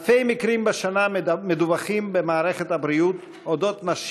אלפי מקרים של נשים או נערות שהותקפו מדווחים במערכת הבריאות בשנה.